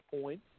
point